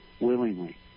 willingly